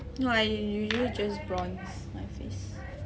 no I usually just bronze my face